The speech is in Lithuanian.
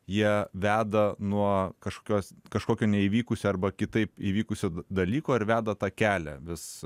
jie veda nuo kažkokios kažkokio neįvykusio arba kitaip įvykusio dalyko ir veda tą kelią vis